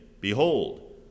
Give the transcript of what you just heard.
behold